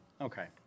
Okay